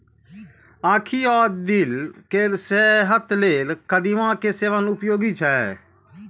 आंखि आ दिल केर सेहत लेल कदीमा के सेवन उपयोगी छै